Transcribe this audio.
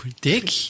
Dick